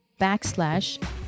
backslash